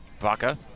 Vaca